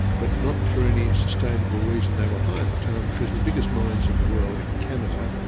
but not for any sustainable reason they were high at the time because the biggest mines in the world, in canada,